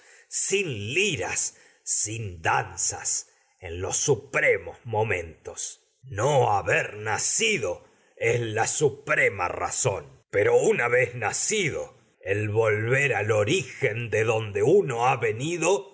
in liras sin danzas en nos los supremos momentos no haber nacido es la suprema ra zón pero una vez uno nacido el volver al oi'igen de donde ha venido